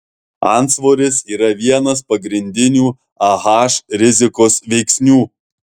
antsvoris yra vienas pagrindinių ah rizikos veiksnių